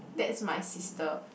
that's my sister